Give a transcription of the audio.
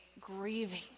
grieving